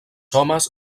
homes